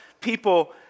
people